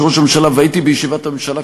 שראש הממשלה,